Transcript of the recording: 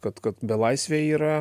kad kad belaisviai yra